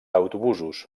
autobusos